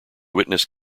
witness